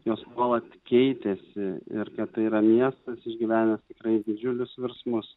jos nuolat keitėsi ir kad tai yra miestas išgyvenęs tikrai didžiulius virsmus